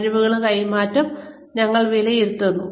കഴിവുകളുടെ കൈമാറ്റം ഞങ്ങൾ വിലയിരുത്തുന്നു